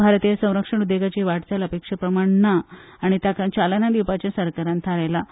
भारतीय संरक्षण उद्देगाची वाटचाल अपेक्षे प्रमाण ना आनी ताका चालना दिवपाचें सरकारान थारायलां